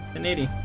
and eighty